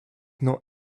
not